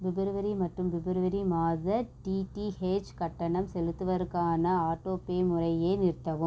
பிப்ரவரி மற்றும் பிப்ரவரி மாத டீட்டீஹெச் கட்டணம் செலுத்துவதற்கான ஆட்டோபே முறையை நிறுத்தவும்